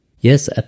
Yes